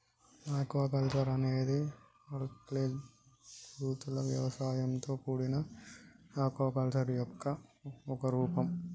aquaculture అనేది algae జాతుల వ్యవసాయంతో కూడిన ఆక్వాకల్చర్ యొక్క ఒక రూపం